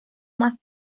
más